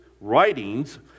writings